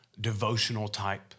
devotional-type